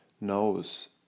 knows